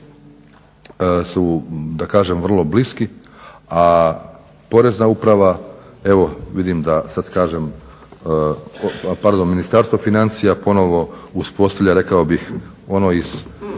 su da kažem vrlo bliski. A Porezna uprava evo vidim da sad kažem, pardon Ministarstvo financija ponovno uspostavlja rekao bih ono iz